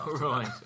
right